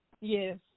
Yes